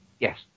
Yes